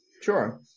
sure